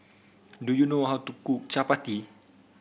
do you know how to cook Chapati